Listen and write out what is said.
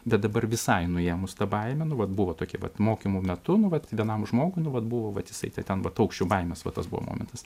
bet dabar visai nuėmus tą baimę nu vat buvo tokia vat mokymų metu nuvat vienam žmogui nu vat buvo vat jisai ten va aukščio baimės va tas buvo momentas